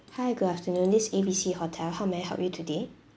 hi good afternoon this is A B C hotel how may I help you today